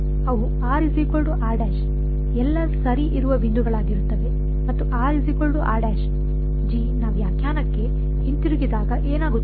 ಅವು ಎಲ್ಲ ಸರಿ ಇರುವ ಬಿಂದುಗಳಾಗಿರುತ್ತವೆ ಮತ್ತು ನ ವ್ಯಾಖ್ಯಾನಕ್ಕೆ ಹಿಂತಿರುಗಿದಾಗ ಏನಾಗುತ್ತದೆ